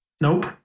Nope